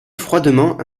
froidement